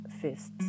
fists